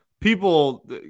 people